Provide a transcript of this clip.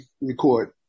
record